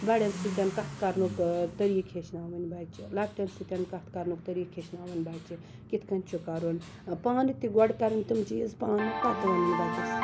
بَڑٮ۪ن سۭتۍ کتھ کَرنُک طٔریقہٕ ہیٚچھناوٕنۍ بَچہِ لَکٹٮ۪ن سۭتۍ کتھ کَرنُک طٔریقہٕ ہیٚچھناوٕنۍ بَچہِ کِتھ کنۍ چھُ کَرُن پانہٕ تہِ گۄڈٕ کَرٕنۍ تِم چیٖز پانہٕ پَتہٕ یی بَچَس